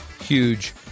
huge